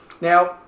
Now